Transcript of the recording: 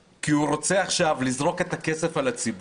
הוא עושה את זה כי הוא רוצה עכשיו לזרוק את הכסף על הציבור,